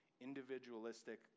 individualistic